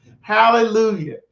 Hallelujah